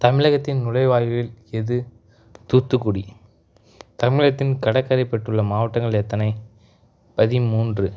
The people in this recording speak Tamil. தமிழகத்தின் நுழைவுவாயில் எது தூத்துக்குடி தமிழகத்தின் கடற்கரை பெற்றுள்ள மாவட்டங்கள் எத்தனை பதிமூன்று